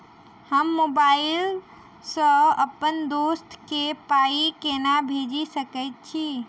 हम मोबाइल सअ अप्पन दोस्त केँ पाई केना भेजि सकैत छी?